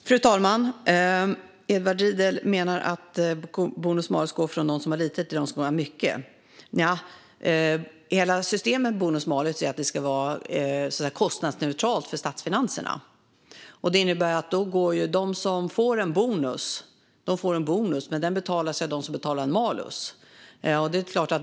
Fru talman! Edward Riedl menar att bonus-malus går från dem som har lite till dem som har mycket. Nja, hela tanken med bonus-malus-systemet är att det ska vara kostnadsneutralt för statsfinanserna. Det innebär att bonusen betalas till dem som får den av dem som betalar en malus.